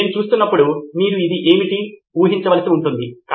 సిద్ధార్థ్ మాతురి ఇది రెండు విధాలుగా ఉంటుంది సార్